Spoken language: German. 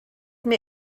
mir